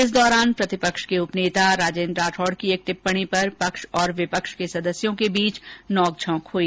इस दौरान प्रतिपक्ष के उपनेता राजेन्द्र राठौड़ की एक टिप्पणी पर पक्ष और विपक्ष के सदस्यों के बीच नोकझोंक हुई